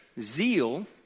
zeal